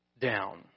down